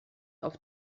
auf